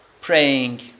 praying